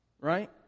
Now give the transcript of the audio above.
right